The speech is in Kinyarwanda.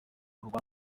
rwanda